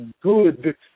good